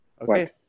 Okay